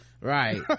right